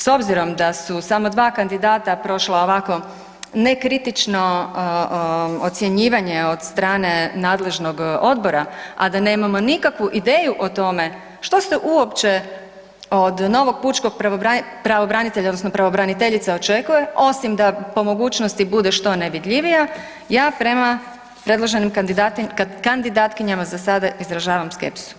S obzirom da su samo 2 kandidata prošla ovako nekritično ocjenjivanje od strane nadležnog odbora, a da nemamo nikakvu ideju o tome što ste uopće od novog pučkog pravobranitelja odnosno pravobraniteljice očekuje osim da po mogućnosti bude što nevidljivija, ja prema predloženim kandidatkinjama za sada izražavam skepsu.